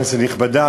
כנסת נכבדה,